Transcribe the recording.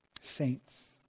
Saints